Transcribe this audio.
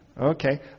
Okay